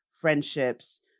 friendships